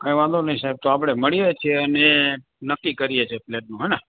કઈ વાંધો નહીં સાહેબ તો આપણે મળીએ છીએ અને નક્કી કરીએ છીએ ફ્લેટનું હોં ને